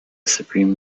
supreme